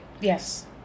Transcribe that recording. Yes